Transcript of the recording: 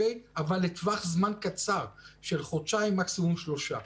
אבל לטווח זמן קצר, של חודשיים, מקסימום שלושה.